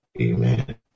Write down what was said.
amen